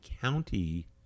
County